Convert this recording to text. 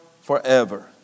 forever